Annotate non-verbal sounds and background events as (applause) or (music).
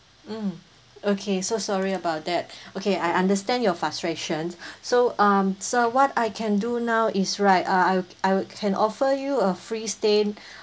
mm okay so sorry about that (breath) okay I understand your frustrations (breath) so um sir what I can do now is right uh I would I would can offer you a free stay uh at our hotel